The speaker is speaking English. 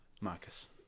Marcus